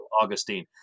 Augustine